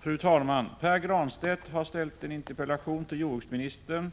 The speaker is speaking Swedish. Fru talman! Pär Granstedt har ställt en interpellation till jordbruksministern